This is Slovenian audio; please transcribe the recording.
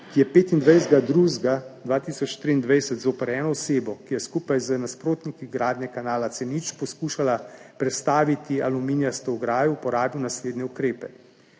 ki je 25. 2. 2023 zoper eno osebo, ki je skupaj z nasprotniki gradnje kanala C0 poskušala prestaviti aluminijasto ograjo, uporabil naslednje ukrepe